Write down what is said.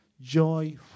joy